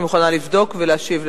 אני מוכנה לבדוק ולהשיב לך.